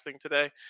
today